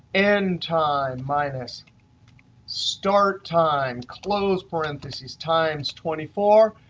end time minus start time, close parentheses times twenty four.